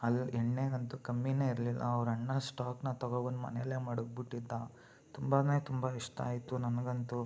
ಅಲ್ಲಿ ಎಣ್ಣೆಗಂತೂ ಕಮ್ಮಿಯೇ ಇರಲಿಲ್ಲ ಅವ್ರ ಅಣ್ಣ ಸ್ಟಾಕ್ನ ತೊಗೋಬಂದು ಮನೇಲೆ ಮಡಗಿಬಿಟ್ಟಿದ್ದ ತುಂಬನೇ ತುಂಬ ಇಷ್ಟ ಆಯ್ತು ನನಗಂತೂ